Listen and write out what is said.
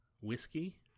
whiskey